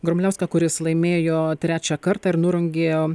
grubliauską kuris laimėjo trečią kartą ir nurungė